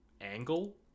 angle